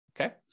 Okay